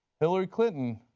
hillary clinton